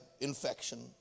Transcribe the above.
infection